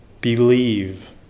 believe